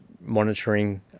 monitoring